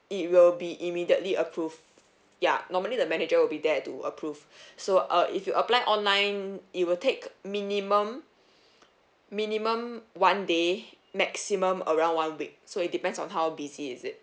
it will be immediately approved ya normally the manager will be there to approve so uh if you apply online it will take minimum minimum one day maximum around one week so it depends on how busy is it